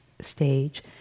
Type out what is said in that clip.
stage